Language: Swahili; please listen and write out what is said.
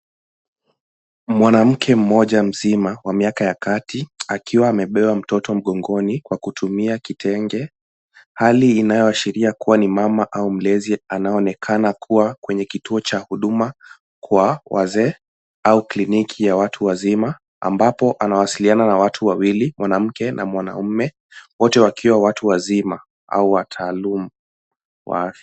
Mwanamke mmoja mzima, wa miaka ya kati, akiwa amebeba mtoto mgongoni, kwa kutumia kitenge. Hali inayoashiria kuwa ni mama au mlezi anayeonekana kuwa kwenye kituo cha huduma kwa wazee, au kliniki ya watu wazima, ambapo anawasiliana na watu wawili, mwanamke na mwanaume, wote wakiwa watu wazima, au wataalumu wa afya.